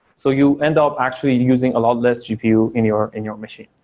so you end up actually using a lot less gpu in your in your machine,